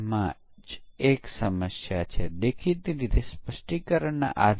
tester દ્વારા કઇ પ્રવૃત્તિઓ હાથ ધરવામાં આવે છે